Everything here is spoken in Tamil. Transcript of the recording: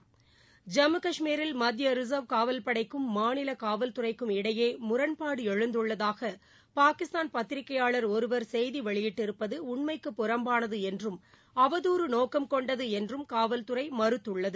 ஐம்மு கஷ்மீரில் மத்திய ரிசா்வ் காவல்படைக்கும் மாநில காவல்துறைக்கும் இடையே முரண்பாடு எழுந்துள்ளதாக பாகிஸ்தான் பத்திரிகையாளர் ஒருவர் செய்தி வெளியிட்டிருப்பது உண்மைக்கு புறம்பானது என்றும் அவதூறு நோக்கம் கொண்டது என்றும் காவல்துறை மறுத்துள்ளது